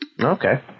Okay